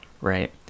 right